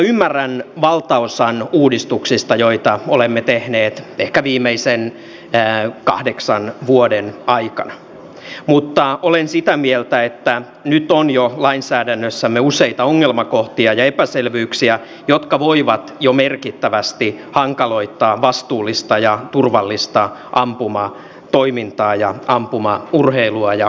ymmärrän valtaosan uudistuksista joita olemme tehneet ehkä viimeisten kahdeksan vuoden aikana mutta olen sitä mieltä että nyt on jo lainsäädännössämme useita ongelmakohtia ja epäselvyyksiä jotka voivat jo merkittävästi hankaloittaa vastuullista ja turvallista ampumatoimintaa ja ampumaurheilua ja metsästystä